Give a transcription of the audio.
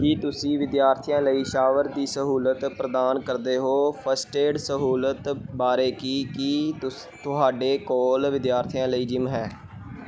ਕੀ ਤੁਸੀਂ ਵਿਦਿਆਰਥੀਆਂ ਲਈ ਸ਼ਾਵਰ ਦੀ ਸਹੂਲਤ ਪ੍ਰਦਾਨ ਕਰਦੇ ਹੋ ਫਸਟ ਏਡ ਸਹੂਲਤ ਬਾਰੇ ਕੀ ਕੀ ਤੁਸ ਤੁਹਾਡੇ ਕੋਲ ਵਿਦਿਆਰਥੀਆਂ ਲਈ ਜਿਮ ਹੈ